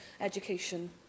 education